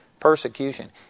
persecution